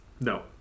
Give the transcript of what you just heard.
No